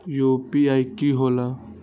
UPI कि होला?